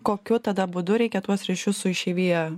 kokiu tada būdu reikia tuos ryšius su išeivija